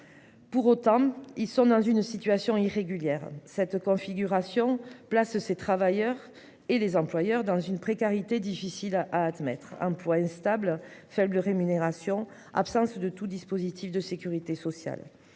Pour autant, ils sont dans une situation irrégulière cette configuration places ces travailleurs et les employeurs dans une précarité difficile à admettre un poids. Faible rémunération, absence de tout dispositif de sécurité sociale,